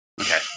Okay